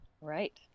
Right